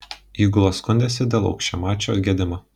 įgula skundėsi dėl aukščiamačio gedimo